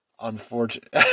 unfortunate